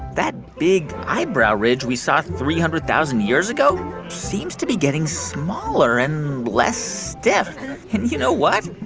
that big eyebrow ridge we saw three hundred thousand years ago seems to be getting smaller and less stiff. and you know what?